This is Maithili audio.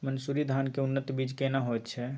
मन्सूरी धान के उन्नत बीज केना होयत छै?